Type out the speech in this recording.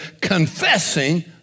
confessing